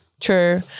True